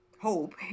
hope